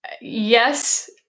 yes